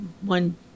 one